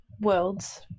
worlds